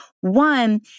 One